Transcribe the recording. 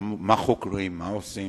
מה חוקרים, מה עושים.